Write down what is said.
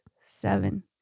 seven